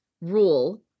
rule